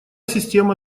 система